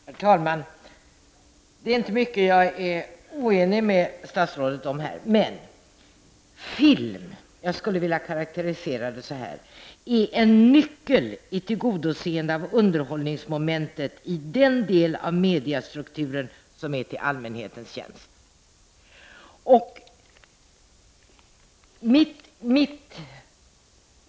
Herr talman! Det är inte mycket jag är oenig med statsrådet om här. Men filmen skulle jag vilja karakterisera som en nyckel vid tillgodoseende av underhållningsmomentet i den del av mediestrukturen som är till allmänhetens tjänst.